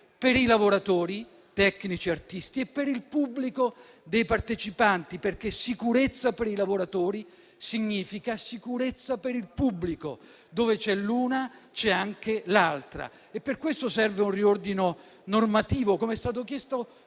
per i lavoratori (tecnici e artisti) e per il pubblico dei partecipanti, perché sicurezza per i lavoratori significa sicurezza per il pubblico: dove c'è l'una, c'è anche l'altra. Pertanto serve un riordino normativo, come è stato chiesto